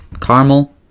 caramel